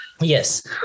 Yes